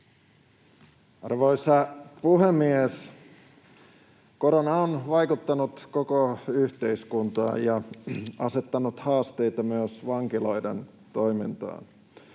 Arvoisa puhemies! Korona on vaikuttanut koko yhteiskuntaan ja asettanut haasteita myös vankiloiden toimintaan.